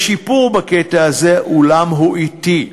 יש שיפור בקטע הזה, אולם הוא אטי.